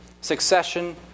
Succession